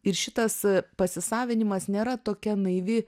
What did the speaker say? ir šitas pasisavinimas nėra tokia naivi